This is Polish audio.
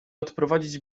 odprowadzić